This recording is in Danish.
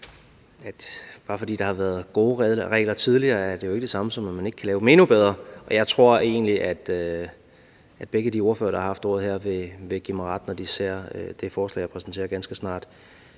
bare fordi der har været gode regler tidligere, er det jo ikke det samme, som at man ikke kan lave dem endnu bedre. Jeg tror egentlig, at begge de ordførere, der har haft ordet her, vil give mig ret i, når de ser det forslag, jeg præsenterer ganske snart,